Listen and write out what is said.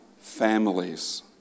Families